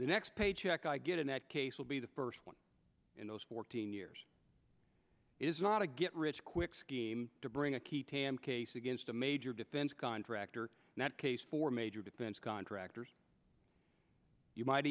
the next paycheck i get in that case will be the first one in those fourteen years is not a get rich quick scheme to bring a key tam case against a major defense contractor in that case for major defense contractors you might